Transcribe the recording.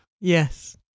Yes